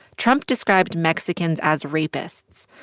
trump described mexicans as rapists.